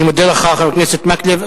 אני מודה לך, חבר הכנסת מקלב.